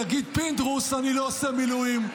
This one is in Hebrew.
יגיד פינדרוס: אני לא עושה מילואים,